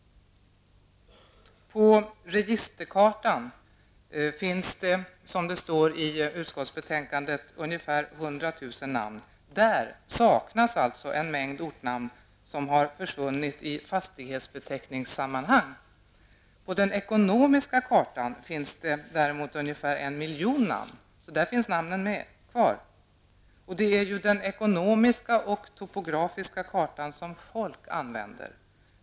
På registerkartan finns det, som det står i utskottsbetänkandet, ungefär hundratusen namn. Där saknas alltså en mängd ortnamn som har försvunnit i fastighetsbeteckningssammanhang. På den ekonomiska kartan finns det däremot ungefär en miljon namn. Där finns namnen kvar. Det är den ekonomiska och den topografiska kartan som människor i allmänhet använder.